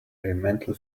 elemental